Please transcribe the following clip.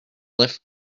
lift